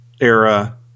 era